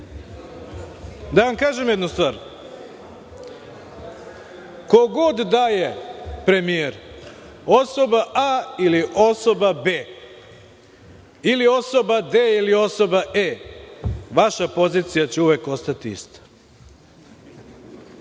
Da vam kažem jednu stvar, ko god da je premijer osoba A, ili osoba B, ili osoba D, ili osoba E, vaša pozicija će uvek ostati